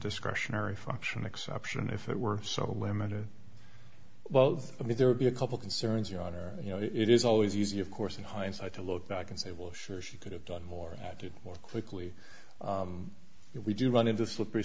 discretionary function exception if it were so limited well i mean there are a couple concerns your honor you know it is always easy of course in hindsight to look back and say well sure she could have done more attitude more quickly if we do run into a slippery